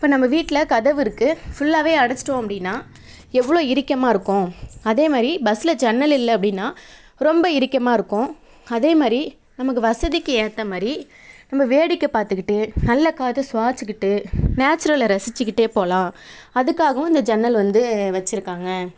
இப்போ நம்ம வீட்டில் கதவு இருக்குது ஃபுல்லாகவே அடைச்சிட்டோம் அப்படின்னா எவ்வளோ இறுக்கமா இருக்கும் அதே மாதிரி பஸ்ஸில் ஜன்னல் இல்லை அப்படின்னா ரொம்ப இறுக்கமா இருக்கும் அதே மாதிரி நமக்கு வசதிக்கு ஏற்ற மாதிரி நம்ம வேடிக்கை பார்த்துக்கிட்டு நல்ல காற்றை சுவாசிச்சுக்கிட்டு நேச்சுரலை ரசிச்சுக்கிட்டே போகலாம் அதுக்காகவும் இந்த ஜன்னல் வந்து வச்சுருக்காங்க